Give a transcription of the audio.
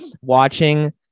watching